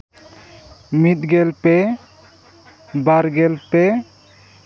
ᱢᱤᱫ ᱜᱮ ᱯᱮ ᱵᱟᱨ ᱜᱮᱞ ᱯᱮ